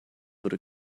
wurde